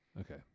Okay